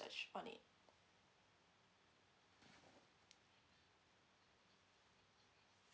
research on it